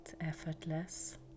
effortless